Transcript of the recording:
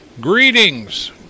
Greetings